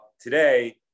today